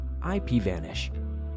IPVanish